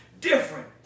different